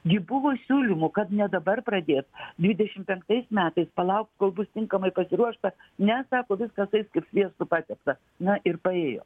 gi buvo siūlymų kad ne dabar pradėt dvidešim penktais metais palaukt kol bus tinkamai pasiruošta ne sako viskas eis kaip sviestu patepta na ir paėjo